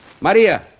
Maria